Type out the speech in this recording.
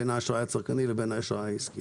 בין האשראי הצרכני ובין האשראי העסקי.